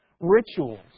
Rituals